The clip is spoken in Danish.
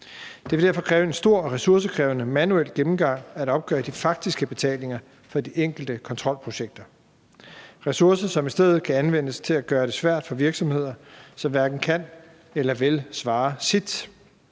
Det vil derfor kræve en stor og ressourcekrævende manuel gennemgang at opgøre de faktiske betalinger for de enkelte kontrolprojekter. Det er ressourcer, som i stedet kan anvendes til at gøre det svært for virksomheder, som hverken kan eller vil svare